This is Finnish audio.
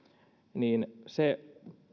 niin se